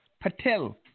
Patel